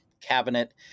cabinet